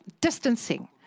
distancing